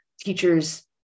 teachers